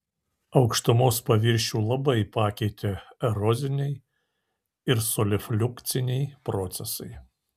aukštumos paviršių labai pakeitė eroziniai ir solifliukciniai procesai